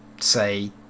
say